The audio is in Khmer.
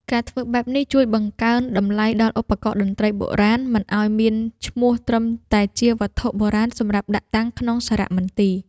ការធ្វើបែបនេះជួយបង្កើនតម្លៃដល់ឧបករណ៍តន្ត្រីបុរាណ មិនឱ្យមានឈ្មោះត្រឹមតែជាវត្ថុបុរាណសម្រាប់ដាក់តាំងក្នុងសារមន្ទីរ។